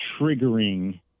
triggering